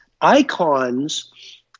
Icons